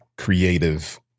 creative